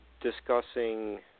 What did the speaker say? discussing